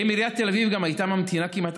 האם גם עיריית תל אביב הייתה ממתינה כמעט